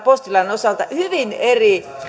postilain osalta hyvin eri